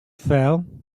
fell